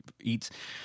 eats